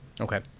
okay